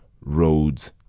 roads